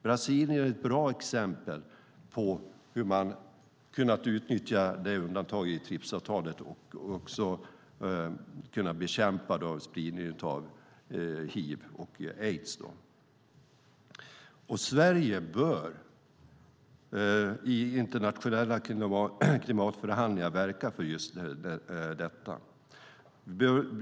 Brasilien är ett bra exempel på hur man har kunnat utnyttja det undantaget i TRIPS-avtalet och har kunnat bekämpa spridningen av hiv och aids. Sverige bör i internationella klimatförhandlingar verka för just detta.